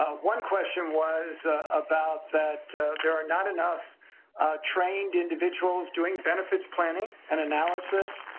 ah one question was about that there are not enough trained individuals doing benefits planning and analysis,